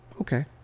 okay